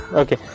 okay